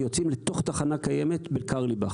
ויוצאים לתוך תחנה קיימת בקרליבך.